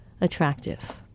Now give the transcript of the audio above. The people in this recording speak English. attractive